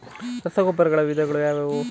ರಸಗೊಬ್ಬರಗಳ ವಿಧಗಳು ಯಾವುವು?